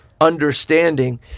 Understanding